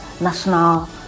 national